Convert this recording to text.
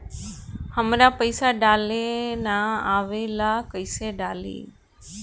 हमरा पईसा डाले ना आवेला कइसे डाली?